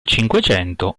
cinquecento